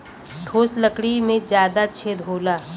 ठोस लकड़ी में जादा छेद होला